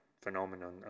phenomenon